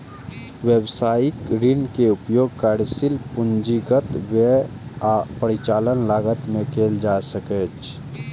व्यवसायिक ऋण के उपयोग कार्यशील पूंजीगत व्यय आ परिचालन लागत मे कैल जा सकैछ